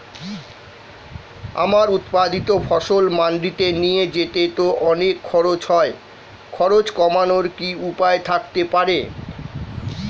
আমার উৎপাদিত ফসল মান্ডিতে নিয়ে যেতে তো অনেক খরচ হয় খরচ কমানোর কি উপায় থাকতে পারে?